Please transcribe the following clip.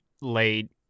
late